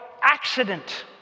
accident